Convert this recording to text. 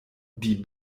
die